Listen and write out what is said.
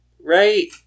Right